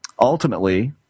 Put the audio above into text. Ultimately